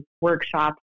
workshops